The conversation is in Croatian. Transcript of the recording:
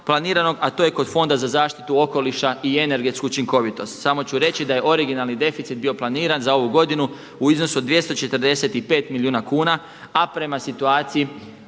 a to je kod Fonda za zaštitu okoliša i energetsku učinkovitost. Samo ću reći da je originalni deficit bio planiran za ovu godinu u iznosu od 245 milijuna kuna, a prema situaciji